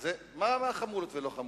מה חמולות ולא חמולות?